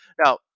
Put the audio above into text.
now